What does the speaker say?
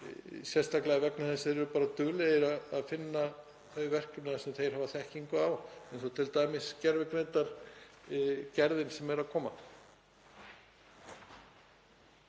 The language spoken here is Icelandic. sérstaklega vegna þess að þeir eru bara duglegir að finna þau verkefni sem þeir hafa þekkingu á, eins og t.d. gervigreindargerðina sem er að koma.